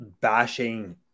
bashing